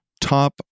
Top